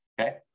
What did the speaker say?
Okay